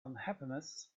unhappiness